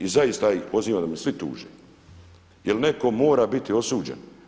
I zaista ja ih pozivam da me svi tuže jer netko mora biti osuđen.